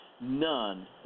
none